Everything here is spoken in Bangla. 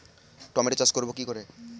টমেটো চাষ করব কি করে?